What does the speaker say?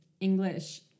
English